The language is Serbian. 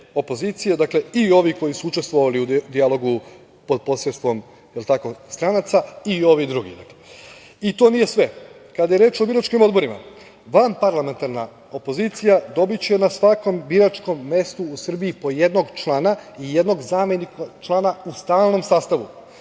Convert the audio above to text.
i ovih koji su učestvovali u dijalogu pod posredstvom stranaka i ovi drugi. To nije sve. Kada je reč o biračkim odborima, vanparlamentarna opozicija dobiće na svakom biračkom mestu u Srbiji po jednog člana i jednog zamenika člana u stalnom sastavu.